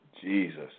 Jesus